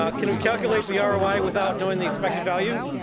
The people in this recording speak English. um can we calculate the ah roi without knowing the expected value?